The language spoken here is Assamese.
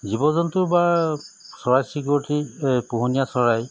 জীৱ জন্তুৰ বা চৰাই চিৰিকটি পোহনীয়া চৰাই